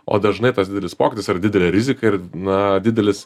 o dažnai tas didelis pokytis yra didelė rizika ir na didelis